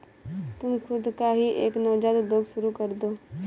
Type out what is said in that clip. तुम खुद का ही एक नवजात उद्योग शुरू करदो